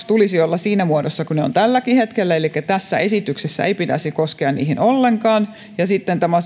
tulisi olla siinä muodossa kuin ne ovat tälläkin hetkellä elikkä tässä esityksessä ei pitäisi koskea niihin ollenkaan ja sitten tämä